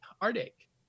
heartache